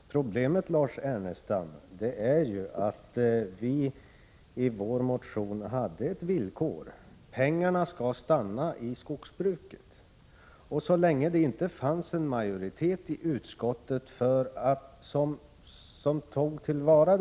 Herr talman! Problemet, Lars Ernestam, är ju att vi i vår motion hade ett villkor — att pengarna skall stanna i skogsbruket. Så länge det inte fanns en majoritet i utskottet som tog fasta på detta och talade om hur pengarna skall — Prot.